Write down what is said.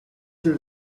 they